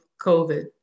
COVID